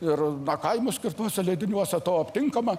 ir na kaimui skirtuose leidiniuose to aptinkama